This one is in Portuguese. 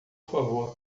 favor